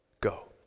go